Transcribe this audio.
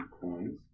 coins